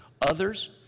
others